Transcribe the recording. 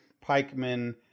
pikemen